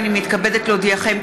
הינני מתכבדת להודיעכם,